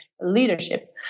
leadership